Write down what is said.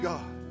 God